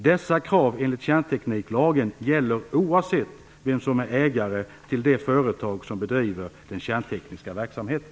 Dessa krav enligt kärntekniklagen gäller oavsett vem som är ägare till det företag som bedriver den kärntekniska verksamheten.